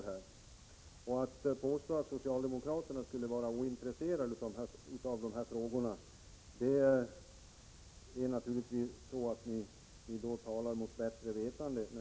När ni påstår att socialdemokraterna skulle vara ointresserade av dessa frågor talar ni naturligtvis mot bättre vetande.